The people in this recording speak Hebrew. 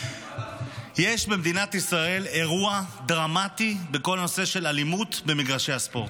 יש במדינת ישראל אירוע דרמטי בכל הנושא של אלימות במגרשי הספורט.